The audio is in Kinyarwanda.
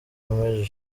maj